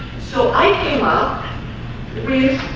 so i came up with